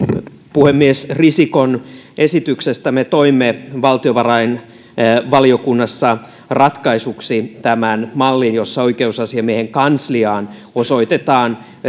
puhemies risikon esityksestä me toimme valtiovarainvaliokunnassa ratkaisuksi tämän mallin jossa oikeusasiamiehen kansliaan osoitetaan